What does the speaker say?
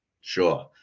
Sure